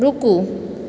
रूकु